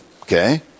okay